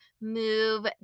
move